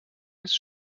ist